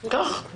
קח.